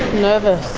nervous.